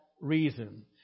reason